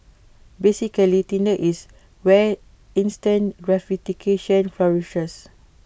basically Tinder is where instant gratification flourishes